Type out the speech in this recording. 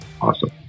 Awesome